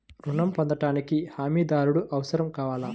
ఋణం పొందటానికి హమీదారుడు అవసరం కావాలా?